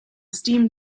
steam